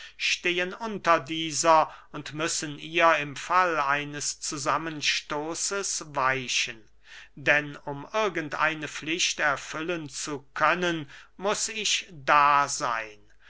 stehen unter dieser und müssen ihr im fall eines zusammenstoßes weichen denn um irgend eine pflicht erfüllen zu können muß ich da seyn